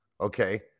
Okay